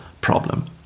problem